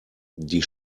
die